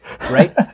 right